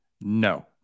no